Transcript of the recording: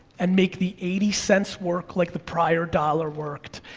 and make the eighty cents work like the prior dollar worked,